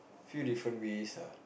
few different ways ah